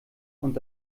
und